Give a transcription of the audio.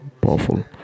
powerful